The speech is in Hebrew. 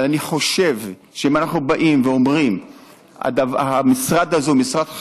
אבל אני חושב שאם אנחנו אומרים שהמשרד הזה הוא משרד חשוב,